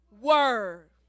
word